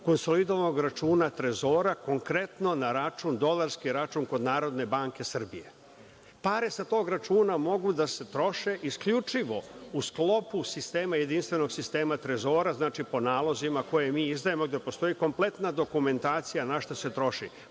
konsolidovanog računa Trezora, konkretno na račun dolarski, kod NBS. Pare sa tog računa mogu da se troše isključivo u sklopu sistema, jedinstvenog sistema Trezora, znači, po nalozima koje mi izdajemo gde postoji kompletna dokumentacija našta se